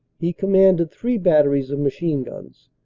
he com manded three batteries of machine-guns,